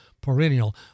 perennial